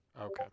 Okay